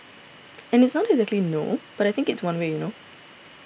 and it's not exactly no but I think it's one way you know